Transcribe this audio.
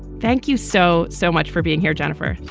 thank you so, so much for being here. jennifer.